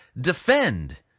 defend